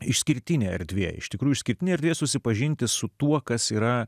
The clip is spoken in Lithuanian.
išskirtinė erdvė iš tikrųjų išskirtinė erdvė susipažinti su tuo kas yra